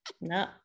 No